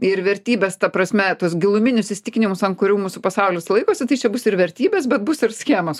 ir vertybės ta prasme tuos giluminius įsitikinimus ant kurių mūsų pasaulis laikosi tai čia bus ir vertybės bet bus ir schemos